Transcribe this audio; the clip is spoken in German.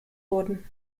wurden